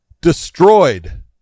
destroyed